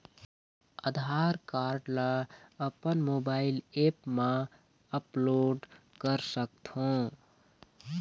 आधार card ला अपन mobile app मा अपलोड कर सकथों?